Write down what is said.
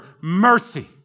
mercy